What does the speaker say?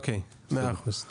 ואליד אל הואשלה (רע"מ,